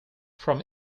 from